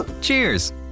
Cheers